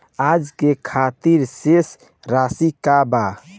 आज के खातिर शेष राशि का बा?